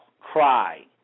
cry